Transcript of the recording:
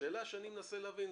השאלה שאני מנסה להבין,